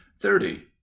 thirty